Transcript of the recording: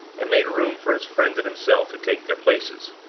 and made room for his friend and himself to take their places.